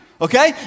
Okay